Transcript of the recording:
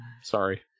Sorry